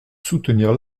soutenir